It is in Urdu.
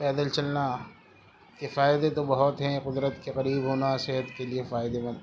پیدل چلنا کے فائدہ تو بہت ہیں قدرت کے قریب ہونا صحت کے لیے فائدہ مند ہیں